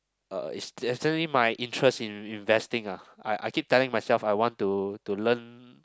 uh it's definitely my interest in investing ah I I keep telling myself I want to to learn